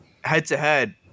head-to-head